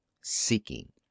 seeking